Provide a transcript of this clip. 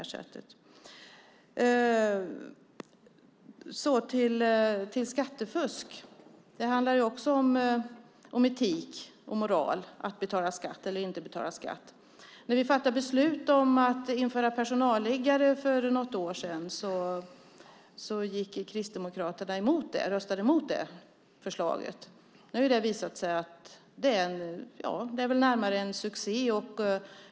Sedan kommer jag till frågan om skattefusk. Detta med att betala skatt eller inte betala skatt handlar också om etik och moral. När vi för något år sedan fattade beslut om att införa personalliggare röstade Kristdemokraterna mot det förslaget. Nu har det i det närmaste visat sig vara en succé.